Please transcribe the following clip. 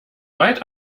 weit